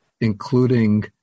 including